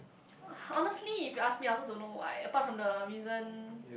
honestly if you ask me I also don't know why apart from the reason